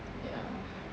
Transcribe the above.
ya